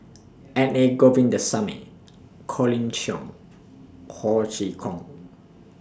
N A Govindasamy Colin Cheong Ho Chee Kong